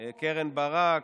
קרן ברק,